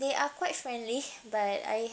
they are quite friendly but I